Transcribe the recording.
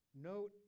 Note